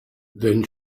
then